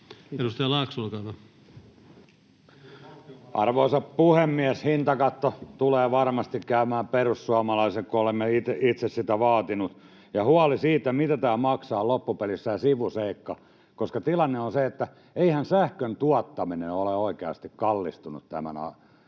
Time: 11:41 Content: Arvoisa puhemies! Hintakatto tulee varmasti käymään perussuomalaisille, kun olemme itse sitä vaatineet, ja huoli siitä, mitä tämä maksaa, on loppupelissään sivuseikka, koska tilanne on se, että eihän sähkön tuottaminen ole oikeasti kallistunut tämän sodan